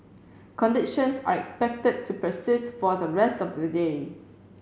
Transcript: conditions are expected to persist for the rest of the day